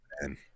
man